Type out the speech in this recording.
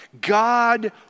God